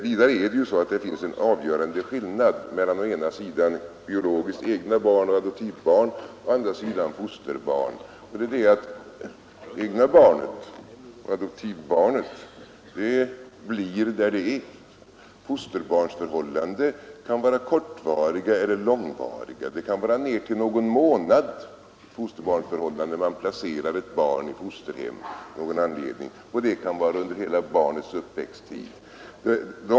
Vidare finns det ju en avgörande skillnad mellan å ena sidan biologiskt egna barn och adoptivbarn och å andra sidan fosterbarn, nämligen att det egna barnet och adoptivbarnet blir där det är, medan fosterbarnsförhållanden kan vara kortvariga eller långvariga. Ett barn kan placeras i fosterhem för en tid av någon månad likaväl som under barnets hela uppväxttid.